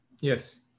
Yes